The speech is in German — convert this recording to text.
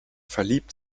verliebt